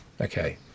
Okay